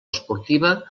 esportiva